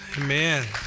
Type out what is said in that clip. Amen